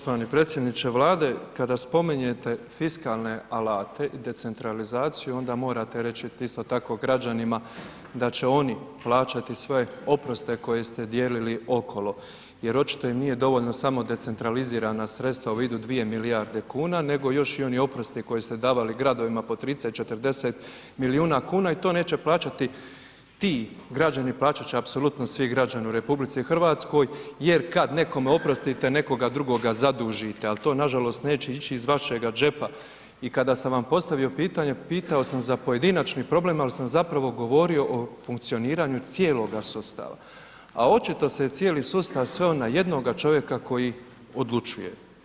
Poštovani predsjedniče Vlade kada spominjete fiskalne alate i decentralizaciju onda morate reći isto tako građanima da će oni plaćati sve oproste koje ste dijelili okolo jer očito im nije dovoljno samo decentralizirana sredstva u vidu dvije milijarde kuna, nego još i oni oprosti koje ste davali gradovima po 30, 40 milijuna kuna i to neće plaćati ti građani, plaćat će apsolutno svi građani u RH jer kad nekome oprostite, nekoga drugoga zadužite, al to nažalost neće ići iz vašega džepa i kada sam vam postavio pitanje, pitao sam za pojedinačni problem, al sam zapravo govorio o funkcioniranju cijeloga sustava, a očito se cijeli sustav sveo na jednoga čovjeka koji odlučuje.